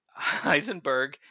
Heisenberg